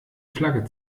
flagge